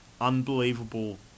unbelievable